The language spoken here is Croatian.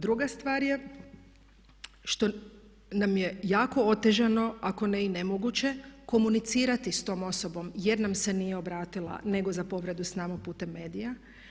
Druga stvar je što nam je jako otežano ako ne i nemoguće komunicirati s tom osobom jer nam se nije obratila nego za povredu s nama putem medija.